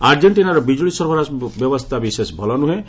ଆର୍ଜେଣ୍ଟିନାର ବିଜ୍ଜୁଳି ସରବରାହ ବ୍ୟବସ୍ଥା ବିଶେଷ ଭଲ ନୁହେଁ